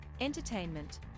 Entertainment